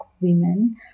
women